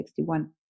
1961